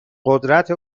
قدرت